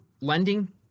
lending